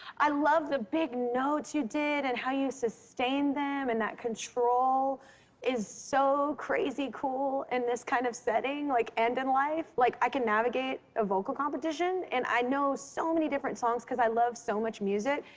i love the big notes you did and how you sustained them. and that control is so crazy cool in this kind of setting, like, and in life. like, i can navigate a vocal competition, and i know so many different songs cause i love so much music.